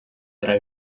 tra